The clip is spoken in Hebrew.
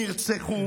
נרצחו?